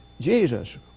Jesus